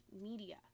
media